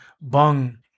bung